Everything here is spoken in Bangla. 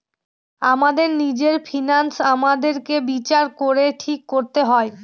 আমাদের নিজের ফিন্যান্স আমাদেরকে বিচার করে ঠিক করতে হয়